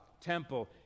temple